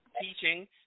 teaching